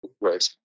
right